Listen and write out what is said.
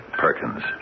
Perkins